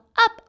up